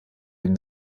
den